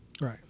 Right